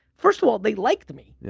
first of all, they liked me. yeah